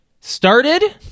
started